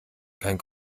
keinen